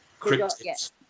cryptids